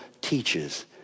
teaches